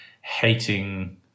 hating